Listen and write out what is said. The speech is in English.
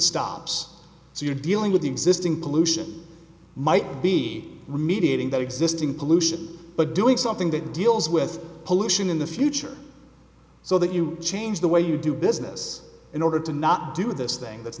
stops so you're dealing with the existing pollution might be remediating that existing pollution but doing something that deals with pollution in the future so that you change the way you do business in order to not do this thing that's